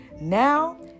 Now